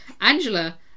Angela